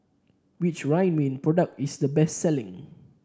which Ridwind product is the best selling